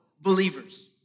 believers